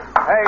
Hey